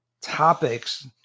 topics